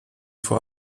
vor